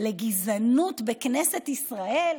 לגזענות בכנסת ישראל,